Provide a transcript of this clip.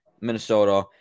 Minnesota